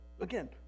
Again